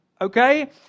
okay